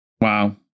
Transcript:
Wow